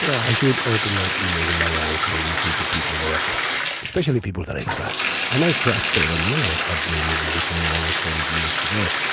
i should open my ears and my eyes and listen to people that are especially people that i trust and i trust better more and i start doing movies within almost forty years ago.